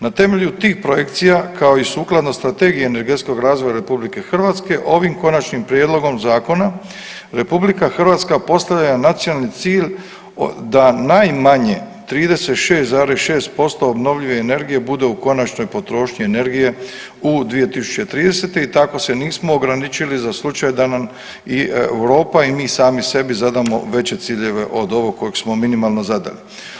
Na temelju tih projekcija, kao i sukladno Strategiji energetskog razvoja RH ovim konačnim prijedlogom zakona RH postavlja nacionalni cilj da najmanje 36,6% obnovljive energije bude u konačnoj potrošnji energije u 2030. i tako se nismo ograničili za slučaj da nam i Europa i mi sami sebi zadamo veće ciljeve od ovog kojeg smo minimalno zadali.